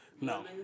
No